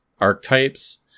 archetypes